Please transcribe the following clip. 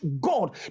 God